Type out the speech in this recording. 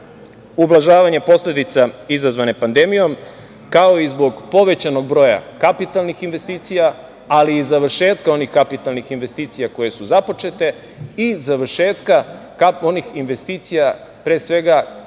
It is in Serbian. Ublažavanje posledica izazvane pandemijom, kao i zbog povećanog broja kapitalnih investicija, ali i završetka onih kapitalnih investicija koje su započete, i završetka kako onih investicija, pre svega, kada je